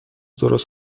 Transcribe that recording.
درست